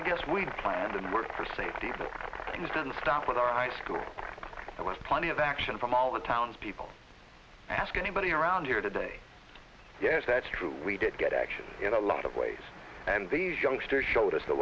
i guess we planned and worked for safety didn't start with high school there was plenty of action from all the townspeople ask anybody around here today yes that's true we did get action in a lot of ways and these youngsters showed us the